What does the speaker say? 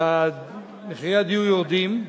כשמחירי הדיור יורדים,